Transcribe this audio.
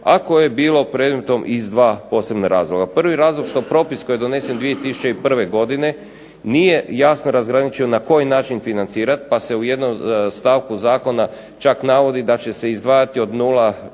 a koje je bilo predmetom iz dva posebna razloga. Prvi je razlog što propis koji je donesen 2001. godine nije jasno razgraničio na koji način financirat pa se u jednom stavku zakona čak navodi da će se izdvajati od 0,5